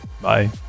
Bye